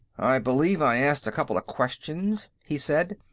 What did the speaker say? i believe i asked a couple of questions, he said,